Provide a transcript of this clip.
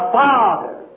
father